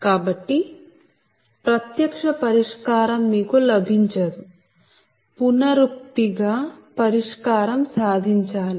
కాబట్టి ప్రత్యక్ష పరిష్కారం మీకు లభించదు పునరుక్తి గా పరిష్కారం సాధించాలి